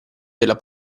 della